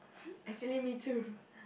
actually me too